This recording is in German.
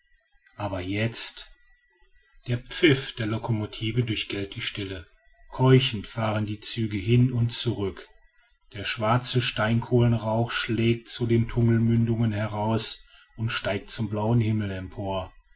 aber jetzt der pfiff der lokomotive durchgellt die stille keuchend fahren die züge hin und zurück der schwarze steinkohlenrauch schlägt zu den tunnelmündungen heraus und steigt zum blauen himmel empor